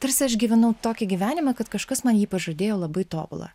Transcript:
tarsi aš gyvenau tokį gyvenimą kad kažkas man jį pažadėjo labai tobulą